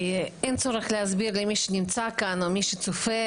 אין צורך להסביר למי שנמצא כאן או מי שצופה